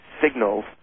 signals